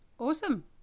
Awesome